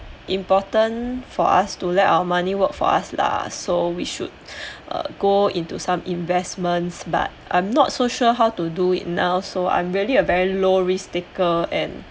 important for us to let our money work for us lah so we should uh go into some investment but I am not so sure how to do it now so I am really a very low risk taker and